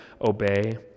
obey